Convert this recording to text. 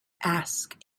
asked